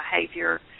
behavior